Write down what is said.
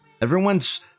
everyone's